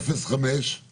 אפשר ללכת עם אותו בקבוק.